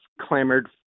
clamored